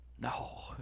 No